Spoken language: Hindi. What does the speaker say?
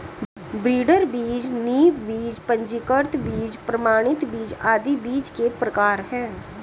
ब्रीडर बीज, नींव बीज, पंजीकृत बीज, प्रमाणित बीज आदि बीज के प्रकार है